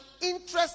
interest